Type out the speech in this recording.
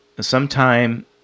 sometime